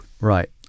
Right